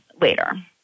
later